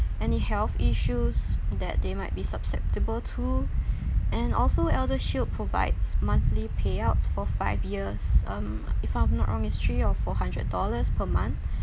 any health issues that they might be susceptible to and also eldershield provides monthly payouts for five years um I'm if I'm not wrong is three or four hundred dollars per month